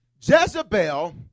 Jezebel